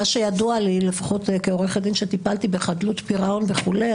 ממה שידוע לי כעורכת דין שטיפלה בחדלות פירעון וכולי,